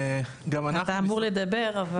אתה אמור לדבר.